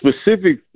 specific